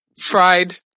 fried